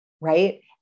right